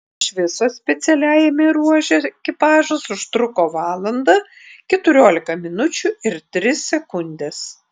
iš viso specialiajame ruože ekipažas užtruko valandą keturiolika minučių ir tris sekundes